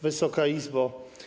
Wysoka Izbo!